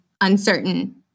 uncertain